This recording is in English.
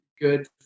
good